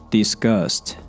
Disgust